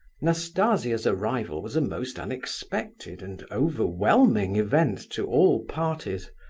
nastasia's arrival was a most unexpected and overwhelming event to all parties.